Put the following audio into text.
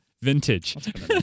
Vintage